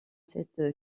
cette